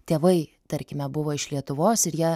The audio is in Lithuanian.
tėvai tarkime buvo iš lietuvos ir jie